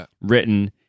written